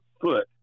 foot